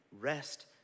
rest